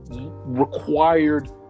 required